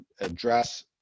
address